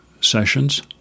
sessions